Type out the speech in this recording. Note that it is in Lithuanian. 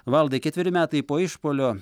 valdai ketveri metai po išpuolio